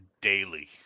daily